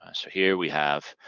ah so here we have